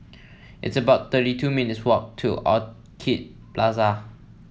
it's about thirty two minutes' walk to Orchid Plaza